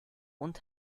und